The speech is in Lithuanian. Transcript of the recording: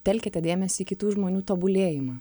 telkite dėmesį į kitų žmonių tobulėjimą